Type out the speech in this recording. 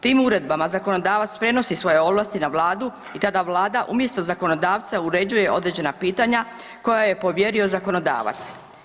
Tim uredbama zakonodavac prenosi svoje ovlasti na Vladu i tada Vlada umjesto zakonodavca uređuje određena pitanja koja joj je povjerio zakonodavac.